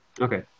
Okay